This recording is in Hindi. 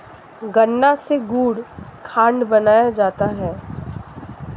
गन्ना से गुड़ खांड बनाया जाता है